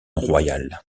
royale